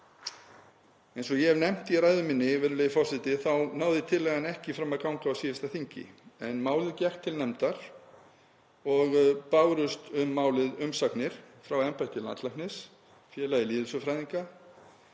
Eins og ég hef nefnt í ræðu minni, virðulegi forseti, þá náði tillagan ekki fram að ganga á síðasta þingi en málið gekk til nefndar og bárust um það umsagnir frá embætti landlæknis, Félagi lýðheilsufræðinga,